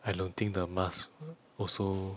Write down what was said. I don't think the mask wi~ also